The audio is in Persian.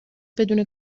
بدون